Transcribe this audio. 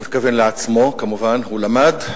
הוא מתכוון לעצמו כמובן, הוא למד,